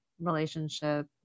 relationship